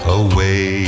away